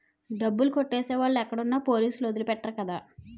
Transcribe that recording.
డబ్బులు కొట్టేసే వాళ్ళు ఎక్కడున్నా పోలీసులు వదిలి పెట్టరు కదా